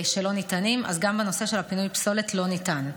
גם הנושא של פינוי פסולת לא ניתן.